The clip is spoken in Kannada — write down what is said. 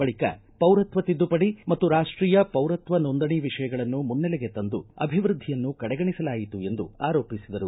ಬಳಿಕ ಪೌರತ್ವ ತಿದ್ದುಪಡಿ ಮತ್ತು ರಾಷ್ಷೀಯ ಪೌರತ್ವ ನೋಂದಣೆ ವಿಷಯಗಳನ್ನು ಮುನ್ನೆಲೆಗೆ ತಂದು ಅಭಿವೃದ್ದಿಯನ್ನು ಕಡೆಗಣಿಸಲಾಯಿತು ಎಂದು ಆರೋಪಿಸಿದರು